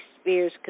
Spears